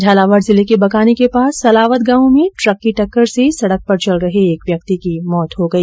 झालावाड जिले के बकानी के पास सलावद गांव में ट्रक की टक्कर से सड़क पर चल रहे एक व्यक्ति की मौत हो गई